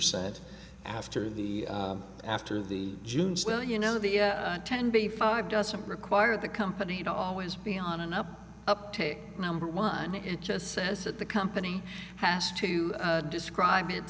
cent after the after the junes well you know the ten b five doesn't require the company to always be on an up or up to number one it just says that the company has to describe it